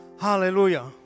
Hallelujah